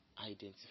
Identify